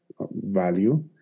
value